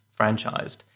franchised